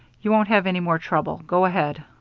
you won't have any more trouble. go ahead.